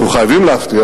אנחנו חייבים להבטיח,